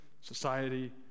society